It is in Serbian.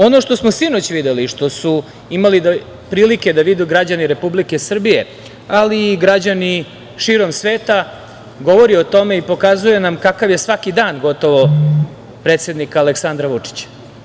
Ono što smo sinoć videli, što su imali prilike da vide građani Republike Srbije, ali i građani širom sveta, govori o tome i pokazuje nam kakav je svaki dan gotovo predsednika Aleksandra Vučića.